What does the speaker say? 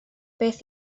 beth